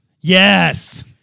Yes